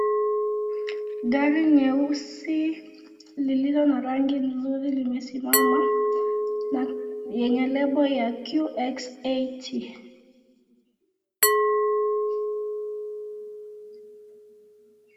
Gari nyeusi lililo na rangi nzuri, limesimama lenye lebo ya QX80.